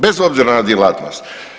Bez obzira na djelatnost.